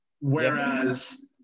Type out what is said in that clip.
Whereas